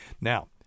Now